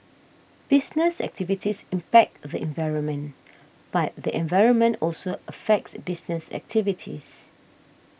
business activities impact the environment but the environment also affects business activities